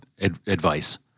advice